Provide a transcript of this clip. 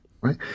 right